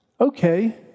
Okay